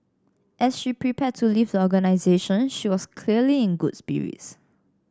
as she prepared to leave the organization she was clearly in good spirits